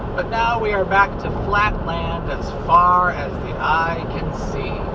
but now we are back to flat land as far as the eye can see.